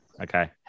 Okay